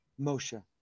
Moshe